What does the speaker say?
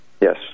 Yes